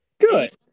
Good